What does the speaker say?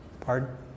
Pardon